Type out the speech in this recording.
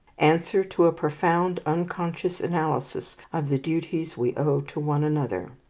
answer to a profound unconscious analysis of the duties we owe to one another.